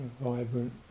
Vibrant